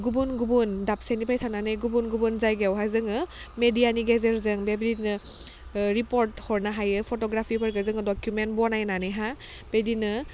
गुबुन गुबुन दाबसेनिफ्राय थानानै गुबुन गुबुन जायगायावहा जोङो मेडियानि गेजेरजों बेबादिनो रिपर्ट हरनो हायो फट'ग्राफिफोरखौ जोङो डकुमेन्ट बनायनानैहा बिदिनो